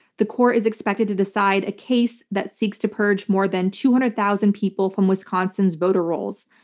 the court is expected to decide a case that seeks to purge more than two hundred thousand people from wisconsin's voter roles.